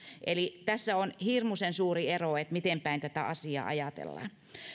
eli tässä on hirmuisen suuri ero miten päin tätä asiaa ajatellaan